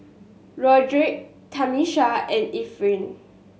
Roderick Tamisha and Efren